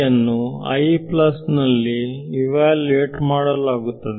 ಅನ್ನು i plus ನಲ್ಲಿ evaluate ಮಾಡಲಾಗುತ್ತದೆ